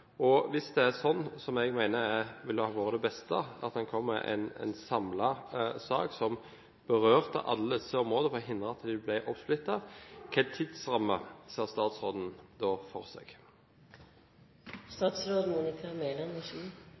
Og hvis det blir slik som jeg mener ville være det beste, at en kommer med en samlet sak som berører alle disse områdene, for å hindre at de blir oppsplittet – hvilken tidsramme ser statsråden da for seg?